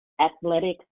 athletic